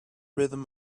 rhythm